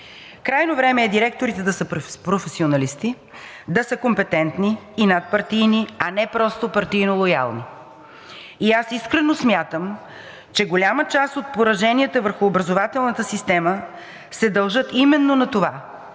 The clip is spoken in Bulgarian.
Крайно време е директорите да са професионалисти, да са компетентни и надпартийни, а не просто партийно лоялни. И аз искрено смятам, че голяма част от пораженията върху образователната система се дължат именно на това –